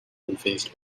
unfazed